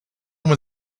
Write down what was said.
one